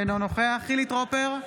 אינו נוכח חילי טרופר,